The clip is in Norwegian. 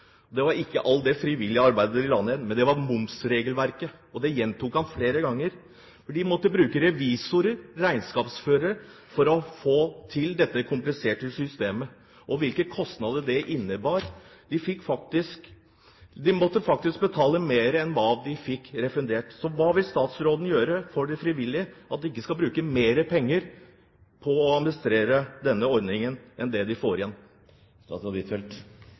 momsregelverket. Det gjentok de flere ganger. De måtte bruke revisorer, regnskapsførere, for å forstå dette kompliserte systemet. Og hvilke kostnader det innebar: De måtte faktisk betale mer enn hva de fikk refundert. Hva vil statsråden gjøre for at de frivillige ikke skal bruke mer penger på å administrere denne ordningen enn det de får igjen?